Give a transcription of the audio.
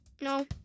No